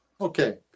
Okay